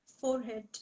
forehead